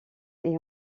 est